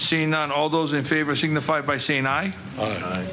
seen on all those in favor signify by saying i